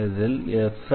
இதில் F